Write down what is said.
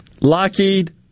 Lockheed